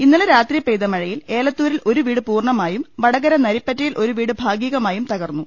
ഇന്നലെ രാത്രി പെയ്ത മഴയിൽ എലത്തൂരിൽ ഒരു വീട് പൂർണമായും വടകര നരിപ്പറ്റയിൽ ഒരു വീട് ഭാഗികമായും തകർന്നു